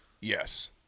yes